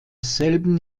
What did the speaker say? selben